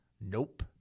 Nope